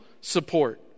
support